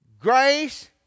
Grace